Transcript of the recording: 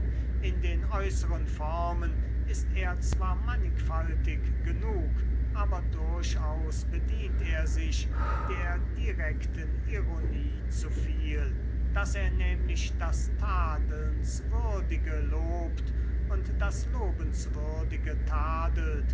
in den äußeren formen ist er zwar mannigfaltig genug aber durchaus bedient er sich der direkten ironie zu viel daß er nämlich das tadelnswürdige lobt und das lobenswürdige tadelt